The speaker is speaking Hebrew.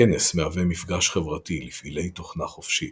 הכנס מהווה מפגש חברתי לפעילי תוכנה חופשית,